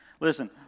Listen